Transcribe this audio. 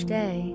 day